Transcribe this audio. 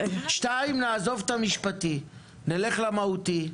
שנית: נעזוב את המשפטי, נלך למהותי.